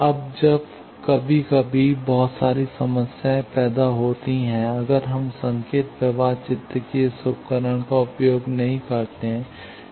अब जब कभी कभी बहुत सारी समस्याएं पैदा होती हैं अगर हम संकेत प्रवाह चित्र के इस उपकरण का उपयोग नहीं करते हैं